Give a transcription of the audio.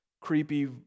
creepy